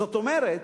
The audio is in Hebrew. זאת אומרת,